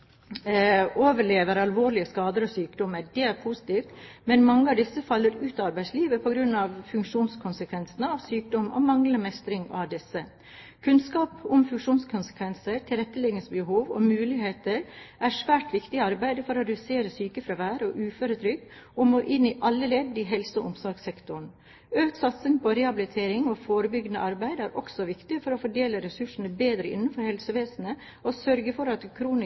overlever alvorlige skader og sykdommer. Det er positivt, men mange av disse faller ut av arbeidslivet på grunn av funksjonskonsekvensene av sykdom og manglende mestring av disse. Kunnskap om funksjonskonsekvenser, tilretteleggingsbehov og -muligheter er svært viktig i arbeidet for å redusere sykefravær og uføretrygd og må inn i alle ledd i helse- og omsorgssektoren. Økt satsing på rehabilitering og forebyggende arbeid er også viktig for å fordele ressursene bedre innenfor helsevesenet og sørge for at